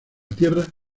tierra